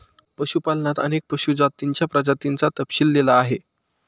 पशुपालनात अनेक पशु जातींच्या प्रजातींचा तपशील दिला आहे